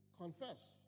confess